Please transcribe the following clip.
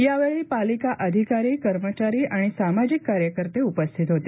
यावेळी पालिका अधिकारी कर्मचारी आणि सामाजिक कार्यकर्ते उपस्थित होते